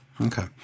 Okay